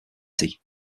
city